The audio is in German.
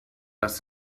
das